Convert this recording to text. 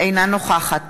אינה נוכחת